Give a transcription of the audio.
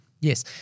Yes